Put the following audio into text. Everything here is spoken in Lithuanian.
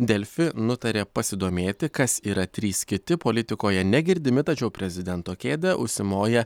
delfi nutarė pasidomėti kas yra trys kiti politikoje negirdimi tačiau prezidento kėdę užsimoję